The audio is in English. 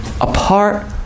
apart